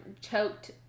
choked